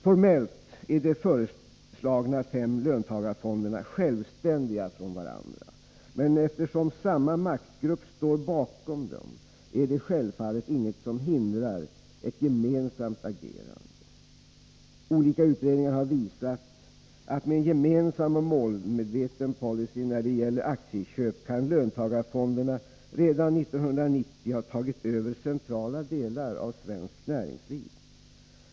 Formellt är de föreslagna fem löntagarfonderna självständiga från varandra, men eftersom samma maktgrupp står bakom dem är det självfallet intet som hindrar ett gemensamt agerande. Olika utredningar har visat att med en gemensam och målmedveten policy när det gäller aktieköp kan löntagarfonderna redan 1990 ha tagit över centrala delar av svenskt näringsliv.